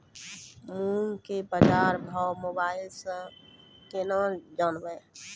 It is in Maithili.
मूंग के बाजार भाव मोबाइल से के ना जान ब?